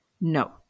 No